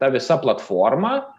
ta visa platforma